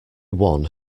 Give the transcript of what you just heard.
one